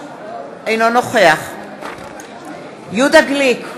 אינו נוכח יהודה גליק,